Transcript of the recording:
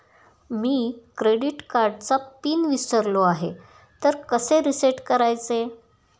मी credit कार्डचा PIN विसरलो आहे तर कसे रीसेट करायचे?